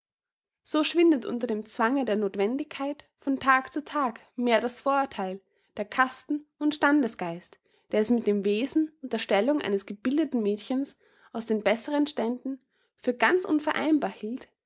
so schwindet unter dem zwange der nothwendigkeit von tag zu tag mehr das vorurtheil der kasten und standesgeist der es mit dem wesen und der stellung eines gebildeten mädchens aus den besseren ständen für ganz unvereinbar hielt